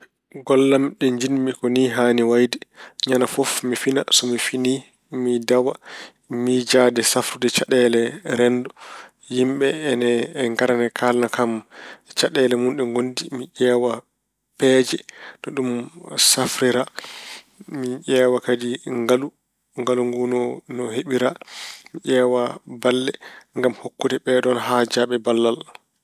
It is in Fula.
Golle am ɗe njiɗmi ko ni yaani wayde: Ñande fof mi fina, so mi finii, mi dawa. Miijaade safrude caɗeele renndo. Yimɓe ina ngara ina kaalna kam caɗeele mun ɗe ngondi. Mi ƴeewa peeje no ɗum safrira. Mi ƴeewa kadi ngalu, ngalu ngu no heɓira. Mi ƴeewa balle ngam hokkude ɓeeɗoon haajaaɓe ballal.